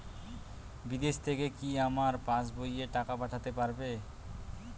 বিদেশ থেকে কি আমার পাশবইয়ে টাকা পাঠাতে পারবে?